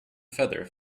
feather